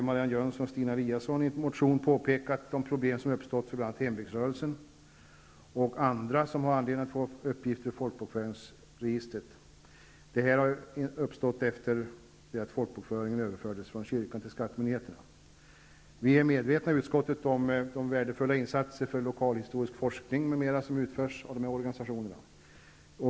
Marianne Jönsson och Stina Eliasson i en motion påpekat de problem som uppstått för bl.a. hembygdsrörelsen och andra som har anledning att få uppgifter ur folkbokföringsregistret. Dessa problem har uppstått efter att folkbokföringen överfördes från kyrkan till skattemyndigheterna. Vi är i utskottet medvetna om de värdefulla insatser för lokalhistorisk forskning m.m. som utförs av de här organisationerna.